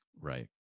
Right